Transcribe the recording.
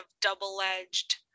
double-edged